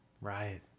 Right